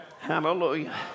Hallelujah